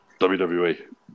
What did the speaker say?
WWE